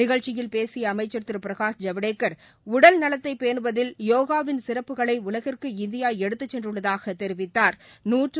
நிகழச்சியில் பேசிய அமைச்சர் திரு பிரகாஷ் ஜவடேக்கர் உடல் நலத்தை பேனுவதில் யோகாவின் சிறப்புகளை உலகிற்கு இந்தியா எடுத்துச் சென்றுள்ளதாகத் தெரிவித்தாா்